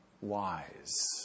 wise